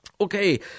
Okay